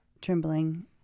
trembling